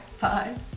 bye